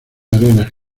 arenas